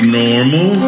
normal